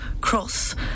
Cross